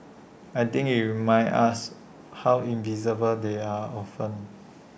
I think IT reminds us how invisible they are often